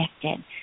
connected